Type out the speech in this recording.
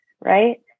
right